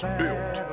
built